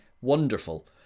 wonderful